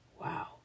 Wow